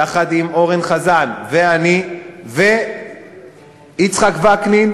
יחד עם אורן חזן ואני ויצחק וקנין,